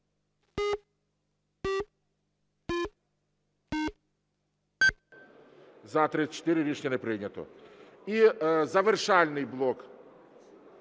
За-34 Рішення не прийнято. І завершальний блок.